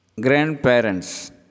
Grandparents